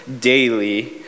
daily